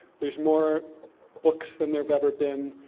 there's more books than there've ever been,